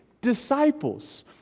disciples